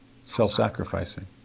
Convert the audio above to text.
self-sacrificing